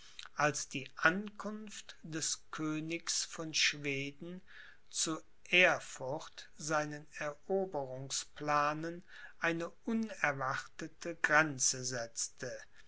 als die ankunft des königs von schweden zu erfurt seinen eroberungsplanen eine unerwartete grenze setzte